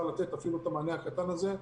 יהיה לתת אפילו את המענה הקטן הזה.